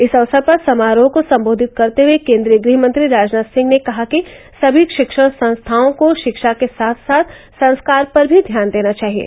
इस अवसर पर समारोह को सम्बोधित करते हये केन्द्रीय गृह मंत्री राजनाथ सिंह ने कहा कि सभी शिक्षण संस्थाओं को शिक्षा के साथ साथ संस्कार पर भी ध्यान देना चाहिये